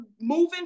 moving